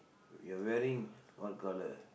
you're wearing what colour